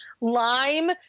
lime